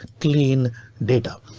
clean data,